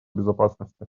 безопасности